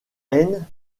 haine